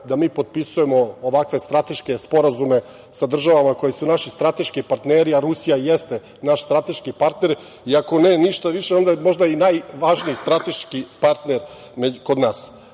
da mi potpisujemo ovakve strateške sporazume sa državama koje su naši strateški partneri, a Rusija jeste naš strateški partner i ako ne ništa više onda je i najvažniji stateški partner kod nas,